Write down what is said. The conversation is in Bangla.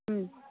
হুম